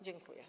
Dziękuję.